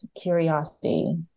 curiosity